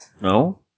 No